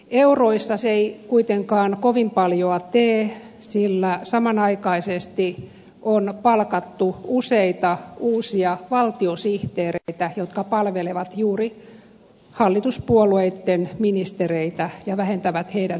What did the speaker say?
euroissa se ei kuitenkaan kovin paljoa tee sillä samanaikaisesti on palkattu useita uusia valtiosihteereitä jotka palvelevat juuri hallituspuolueitten ministereitä ja vähentävät heidän työtaakkaansa